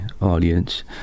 audience